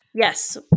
Yes